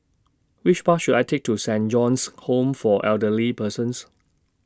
Which Bus should I Take to Saint John's Home For Elderly Persons